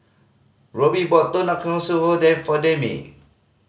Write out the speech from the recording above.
Roby bought Tonkatsu for for Demi